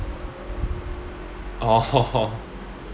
orh